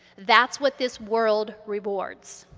that's what this world rewards.